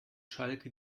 schalke